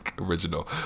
original